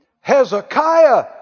Hezekiah